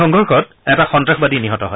সংঘৰ্ষত এটা সন্ত্ৰাসবাদী নিহত হয়